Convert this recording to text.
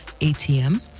atm